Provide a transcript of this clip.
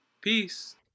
Peace